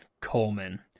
Coleman